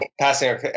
Passing –